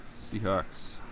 Seahawks